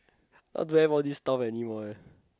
now don't have all these stuff anymore eh